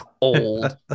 old